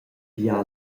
bia